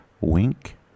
Wink